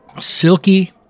Silky